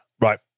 right